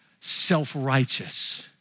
self-righteous